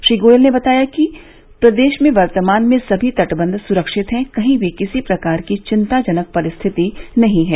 श्री गोयल ने बताया कि बताया कि प्रदेश में वर्तमान में सभी तटबंध सुरक्षित है कहीं भी किसी भी प्रकार की चिंताजनक परिस्थिति नहीं है